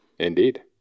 Indeed